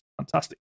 fantastic